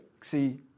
see